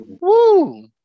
Woo